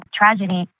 tragedy